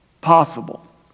possible